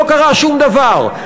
לא קרה שום דבר.